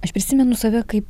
aš prisimenu save kaip